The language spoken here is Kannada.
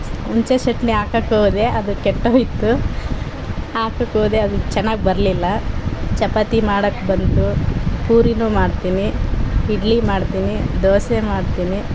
ಹುಣ್ಸೆ ಚಟ್ನಿ ಹಾಕೋಕ್ ಹೋದೆ ಅದು ಕೆಟ್ಟೋಯಿತು ಹಾಕೋಕ್ ಹೋದೆ ಅದು ಚೆನ್ನಾಗ್ ಬರಲಿಲ್ಲ ಚಪಾತಿ ಮಾಡೋಕ್ ಬಂತು ಪೂರಿನೂ ಮಾಡ್ತೀನಿ ಇಡ್ಲಿ ಮಾಡ್ತೀನಿ ದೋಸೆ ಮಾಡ್ತೀನಿ